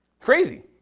Crazy